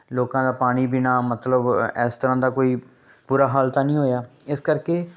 ਲੋਕਾਂ ਦਾ ਪਾਣੀ ਪੀਣਾ ਮਤਲਬ ਇਸ ਤਰ੍ਹਾਂ ਦਾ ਕੋਈ ਬੁਰਾ ਹਾਲ ਤਾਂ ਨਹੀਂ ਹੋਇਆ ਇਸ ਕਰਕੇ